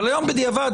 והיום בדיעבד,